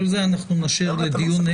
אבל את זה אנחנו נשאיר לדיון.